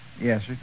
Yes